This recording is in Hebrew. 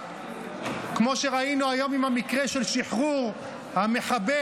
כמו שראינו היום עם המקרה של שחרור המחבל,